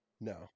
No